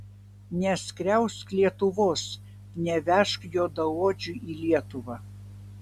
neskriausk lietuvos nevežk juodaodžių į lietuvą